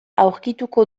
aurkituko